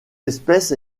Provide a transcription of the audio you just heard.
espèce